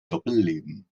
doppelleben